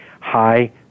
high